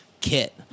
kit